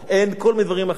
הן כל מיני דברים אחרים.